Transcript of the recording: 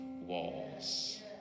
walls